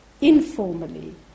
informally